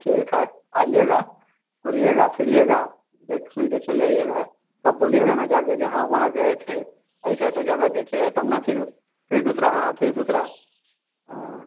ठीक है आइएगा घूमिएगा फिरिएगा देख सुनके चल जाइएगा तब बोलिएगा न जाके जहाँ वहाँ गए थे ऐसा ऐसा जगह देखे हैं तब न फिर फिर दूसरा हाँ फिर दूसरा हाँ